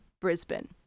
Brisbane